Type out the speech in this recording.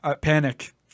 panic